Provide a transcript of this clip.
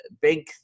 big